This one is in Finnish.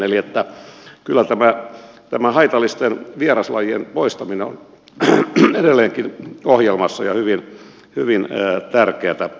eli kyllä tämä haitallisten vieraslajien poistaminen on edelleenkin ohjelmassa ja hyvin tärkeätä